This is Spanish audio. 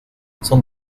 son